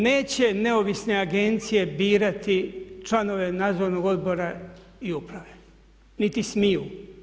Neće neovisne agencije birati članove nadzornog odbora i uprave niti smiju.